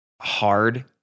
hard